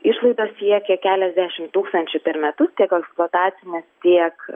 išlaidos siekia keliasdešim tūkstančių per metus tiek eksploatacinės tiek